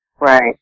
Right